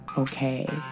okay